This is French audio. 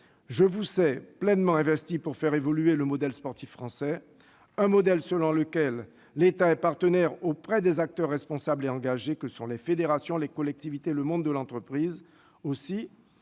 je vous sais pleinement investie pour faire évoluer le modèle sportif français ; un modèle en vertu duquel l'État est partenaire auprès des acteurs responsables et engagés que sont les fédérations, les collectivités et le monde de l'entreprise. Aussi,